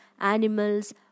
animals